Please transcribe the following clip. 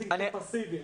לסטודנטים כפסיביים.